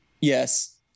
Yes